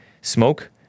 smoke